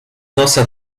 nosa